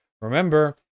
Remember